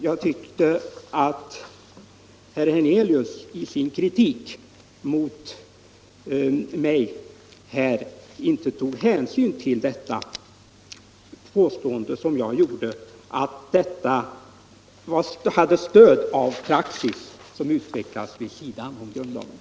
Jag tyckte inte att herr Hernelius i sin kritik mot mig tog hänsyn till mitt påstående, att handläggningen hade stöd av praxis som utvecklats vid sidan av grundlagen.